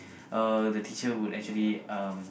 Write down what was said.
uh the teacher will actually um